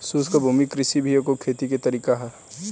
शुष्क भूमि कृषि भी एगो खेती के तरीका ह